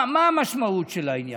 מה המשמעות של העניין?